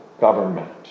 government